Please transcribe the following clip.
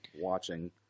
watching